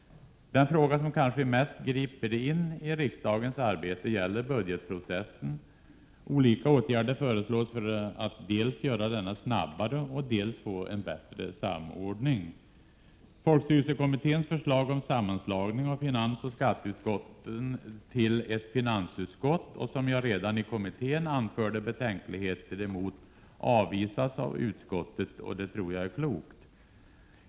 Den fråga som kanske mest griper in i riksdagens arbete gäller budgetprocessen. Olika åtgärder föreslås för att dels göra denna snabbare, dels få en bättre samordning. Folkstyrelsekommitténs förslag om sammanslagning av finansoch skatteutskotten till ett finansutskott, som jag redan i kommittén anförde betänkligheter emot, avvisas av utskottet, och det tror jag är klokt.